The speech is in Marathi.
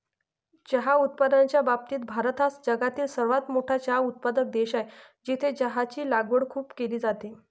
चहा उत्पादनाच्या बाबतीत भारत हा जगातील सर्वात मोठा चहा उत्पादक देश आहे, जिथे चहाची लागवड खूप केली जाते